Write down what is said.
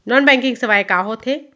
Non banking सेवाएं का होथे?